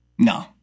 No